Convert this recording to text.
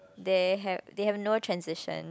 they have they have no transition